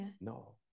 No